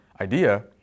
idea